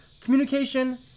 Communication